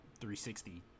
360